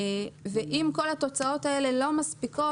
אם כל התוצאות האלה לא מספיקות,